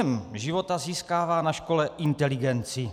Během života získává na škole inteligenci...